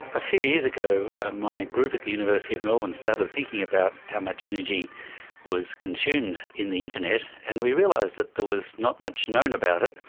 a few years ago my group at the university of melbourne started thinking about how much energy was consumed in the internet, and we realised that there was not much known about it.